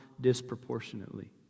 disproportionately